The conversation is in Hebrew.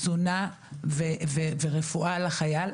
תזונה ורפואה לחייל.